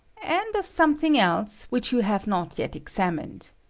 and of something else, which you have not yet examined.